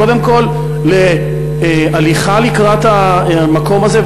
קודם כול להליכה לקראת המקום הזה,